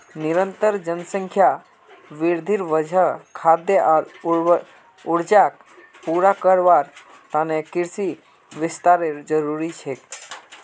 निरंतर जनसंख्या वृद्धिर वजह खाद्य आर ऊर्जाक पूरा करवार त न कृषि विस्तारेर जरूरत ह छेक